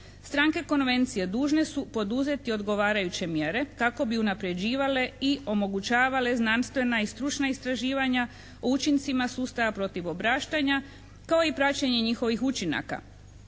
"Stranke Konvencije dužne su poduzeti odgovarajuće mjere kako bi unapređivale i omogućavale znanstvena i stručna istraživanja o učincima sustava protiv obraštanja kao i praćenje njihovih učinaka.